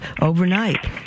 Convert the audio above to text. overnight